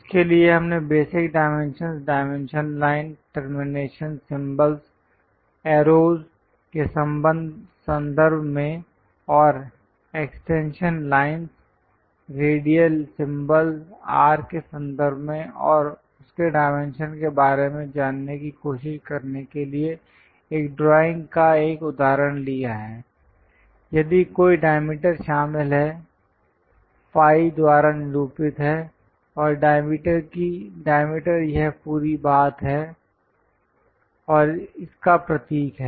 उसके लिए हमने basic dimensions dimension line termination symbol arrows के संदर्भ में और extension lines radius symbol R के संदर्भ में और उसके डायमेंशन के के बारे में जानने की कोशिश करने के लिए एक ड्राइंग का एक उदाहरण लिया है यदि कोई डायमीटर शामिल है फाई द्वारा निरूपित है और डायमीटर यह पूरी बात है और इसका प्रतीक है